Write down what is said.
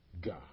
God